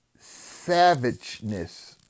savageness